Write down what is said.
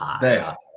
Best